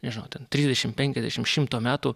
nežinau ten trisdešim penkiasdešim šimto metų